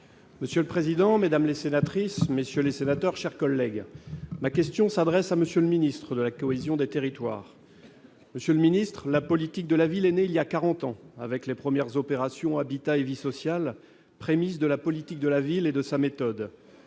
Monsieur le président, Mesdames les sénatrices, messieurs les sénateurs, chers collègues, ma question s'adresse à monsieur le ministre de la cohésion des territoires, monsieur le ministre, la politique de la ville est né il y a 40 ans, avec les premières opérations Habitat et vie sociale prémices de la politique de la ville et de sa méthode,